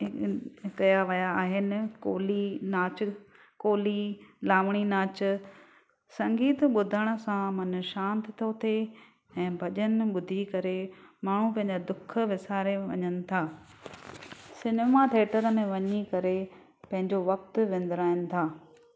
कयां विया आहिनि कोली नाच कोली लावणी नाच संगीत ॿुधण सां मनु शांति थो थिए ऐं भॼन ॿुधी करे माण्हू पंहिंजा दुखु विसारे वञनि था सिनेमा थिएटर में वञी करे पंहिंजो वक़्तु विंदुराइन था